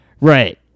right